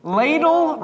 ladle